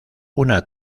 una